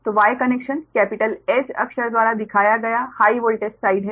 तो Y connection capital 'H' अक्षर द्वारा दिखाया गया हाइ वोल्टेज साइड है